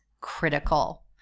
critical